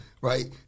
right